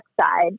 side